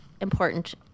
important